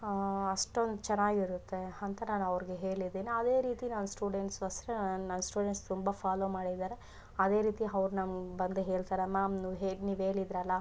ಅಷ್ಟೊಂದ್ ಚೆನ್ನಾಗಿರುತ್ತೆ ಅಂತ ನಾನು ಅವ್ರಿಗೆ ಹೇಳಿದಿನ್ ಅದೇ ರೀತಿ ನನ್ನ ಸ್ಟೂಡೆಂಟ್ಸು ಅಷ್ಟೆ ನನ್ನ ಸ್ಟೂಡೆಂಟ್ಸ್ ತುಂಬ ಫಾಲೋ ಮಾಡಿದ್ದಾರೆ ಅದೇ ರೀತಿ ಅವ್ರ್ ನಮ್ಗೆ ಬಂದು ಹೇಳ್ತಾರೆ ಮ್ಯಾಮ್ ನೀವು ಹೇಗೆ ನೀವು ಹೇಳಿದ್ರಲ್ಲ